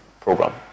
program